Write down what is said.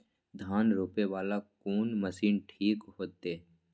धान रोपे वाला कोन मशीन ठीक होते?